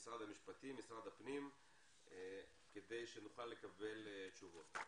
משרד המשפטים ומשרד הפנים כדי שנוכל לקבל תשובות.